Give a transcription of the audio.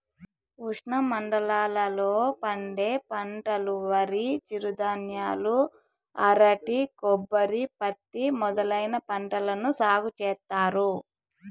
ఉష్ణమండలాల లో పండే పంటలువరి, చిరుధాన్యాలు, అరటి, కొబ్బరి, పత్తి మొదలైన పంటలను సాగు చేత్తారు